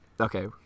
Okay